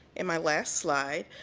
and my last slide,